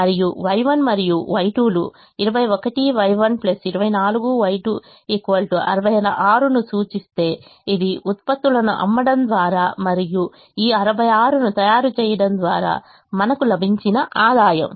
మరియు Y1 మరియు Y2 లు 21Y1 24Y2 66 ను సూచిస్తే ఇది ఉత్పత్తులను అమ్మడం ద్వారా మరియు ఈ 66 ను తయారు చేయడం ద్వారా మనకు లభించిన ఆదాయం